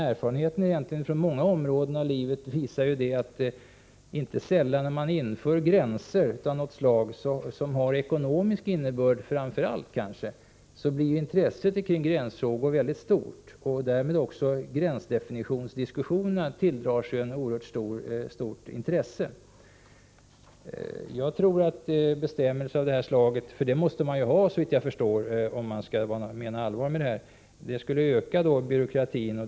Erfarenheter från många områden i livet visar att inte sällan när man inför gränser av något slag — kanske framför allt sådana som har ekonomisk innebörd — blir intresset kring gränsfrågor mycket stort. Därmed tilldrar sig gränsdefinitionsdiskussionerna ett oerhört stort intresse. Jag tror att bestäm melser av det här slaget — det måste man såvitt jag förstår ha, om man menar allvar med förslaget — skulle öka byråkratin.